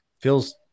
feels